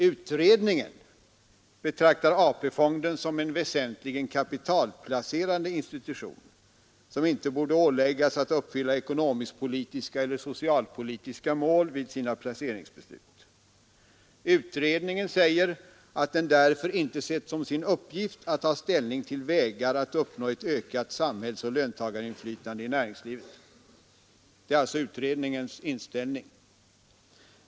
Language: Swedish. Utredningen betraktar AP-fonden som en väsentligen kapitalplacerande institution, som inte borde åläggas att uppfylla ekonomisk-politiska eller socialpolitiska mål vid sina placeringsbeslut. Utredningen säger att den därför inte sett som sin uppgift att ta ställning till vägar att uppnå ett ökat samhällsoch löntagarinflytande inom näringslivet. Det är alltså utredningens inställning.